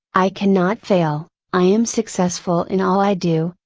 i cannot fail, i am successful in all i do,